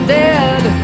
dead